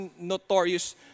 notorious